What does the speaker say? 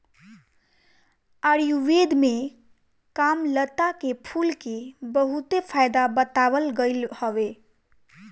आयुर्वेद में कामलता के फूल के बहुते फायदा बतावल गईल हवे